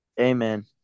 Amen